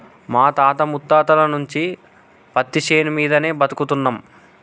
మా తాత ముత్తాతల నుంచి పత్తిశేను మీదనే బతుకుతున్నం